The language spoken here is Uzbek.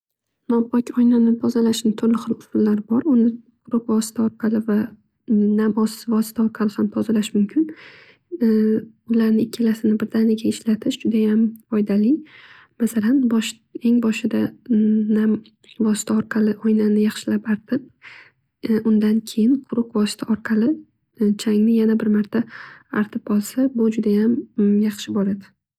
Nopok oynani tozalashni turli xil usullari bor. Uni quruq vosita orqali va nam vosita orqali ham tozalash mumkin. Ularni ikkalasini birdaniga ishlatish judayam foydali. Masalan eng boshida nam vosita orqali oynani yaxshilab artib undan keyin quruq vosita orqali changni yana bir marta artib olsa bu juda ham yaxshi bo'ladi.